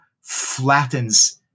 flattens